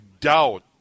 doubt